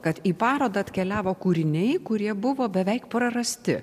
kad į parodą atkeliavo kūriniai kurie buvo beveik prarasti